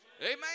Amen